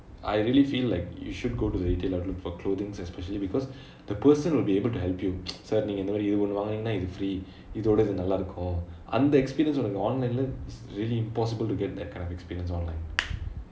I really feel like you should go to the retailer room for clothings especially because the person will be able to help you sir நீங்க இந்த மாதிரி இது ஒன்னு வாங்குனெங்கனா இது:neenga intha maathiri ithu onnu vaanguneenganaa ithu free இதோடை இது நல்லாருக்கும் அந்த:ithodai ithu nallaarukkum antha experience உனக்கு:unakku online leh it's really impossible to get that kind of experience online